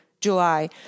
July